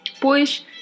Pois